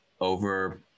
over